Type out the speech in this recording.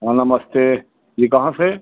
हाँ नमस्ते जी कहाँ से